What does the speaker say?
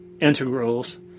integrals